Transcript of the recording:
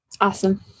Awesome